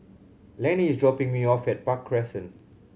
Lanie is dropping me off at Park Crescent